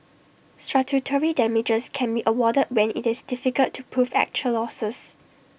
statutory damages can be awarded when IT is difficult to prove actual losses